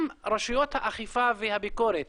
גם רשויות האכיפה והביקורת